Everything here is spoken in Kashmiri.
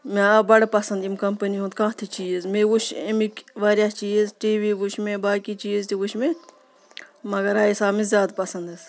مےٚ آو بَڑٕ پَسنٛد یِم کَمپٔنی ہنٛد کانٛہہ تہِ چیٖز مےٚ وٕچھ اَمِکۍ واریاہ چیٖز ٹی وی وٕچھ مےٚ باقی چیٖز تہِ وٕچھ مےٚ مگر رایس آو مےٚ زیادٕ پَسنٛد حظ